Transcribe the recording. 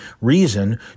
reason